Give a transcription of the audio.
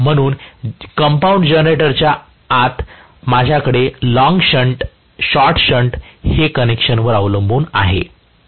म्हणून कंपाऊंड जनरेटरच्या आत माझ्याकडे लॉन्ग शंट शॉर्ट शंट हे कनेक्शनवर अवलंबून असते